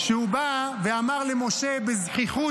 כשהוא בא ואמר למשה בזחיחות,